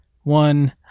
one